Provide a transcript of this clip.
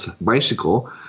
bicycle